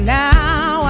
now